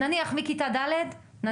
המניע הפנימי זה אחלה,